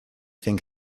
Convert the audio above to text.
think